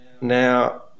Now